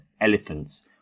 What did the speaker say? elephants